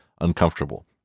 uncomfortable